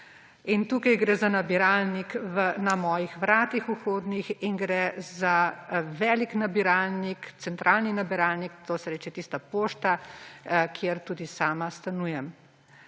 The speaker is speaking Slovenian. Tukaj gre za nabiralnik na mojih vhodnih vratih in gre za velik nabiralnik, centralni nabiralnik, to se reče tiste pošte, kjer tudi sama stanujem.